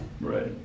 Right